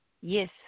yes